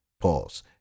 pause